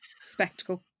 spectacle